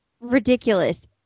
Ridiculous